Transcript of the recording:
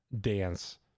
dance